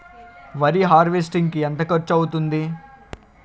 వరి హార్వెస్టింగ్ కి ఎంత ఖర్చు అవుతుంది?